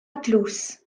dlos